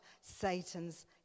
Satan's